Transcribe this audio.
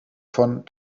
von